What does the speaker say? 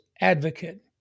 advocate